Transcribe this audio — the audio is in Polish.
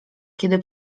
kiedy